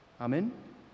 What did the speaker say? Amen